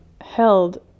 held